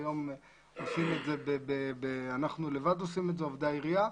היום אנחנו לבד עושים את זה, עובדי העירייה,